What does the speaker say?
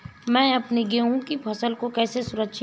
मैं अपनी गेहूँ की फसल को कैसे सुरक्षित करूँ?